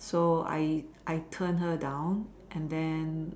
so I I turned her down and then